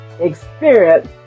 experience